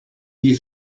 you